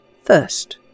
first